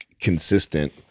consistent